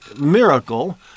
miracle